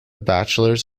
bachelors